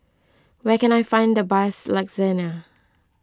where can I find the bus Lagsana